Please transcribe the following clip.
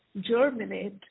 germinate